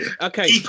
okay